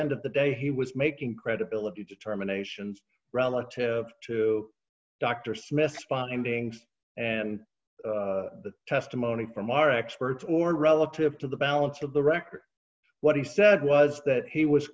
end of the day he was making credibility determinations relative to dr smith's findings and the testimony from our experts warn relative to the balance of the record what he said was that he was